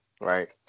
right